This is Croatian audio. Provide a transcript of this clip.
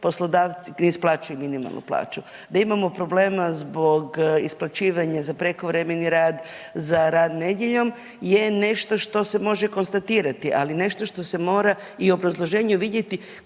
ne isplaćuju minimalnu plaću, da imamo problema zbog isplaćivanja za prekovremeni rad, za rad nedjeljom je nešto što se može konstatirati, ali nešto što se mora i u obrazloženju vidjeti